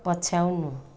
पछ्याउनु